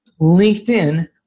LinkedIn